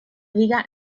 diga